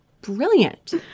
brilliant